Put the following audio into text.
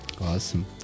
awesome